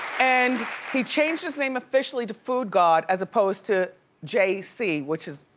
and he changed his name officially to foodgod as opposed to j c, which is,